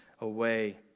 away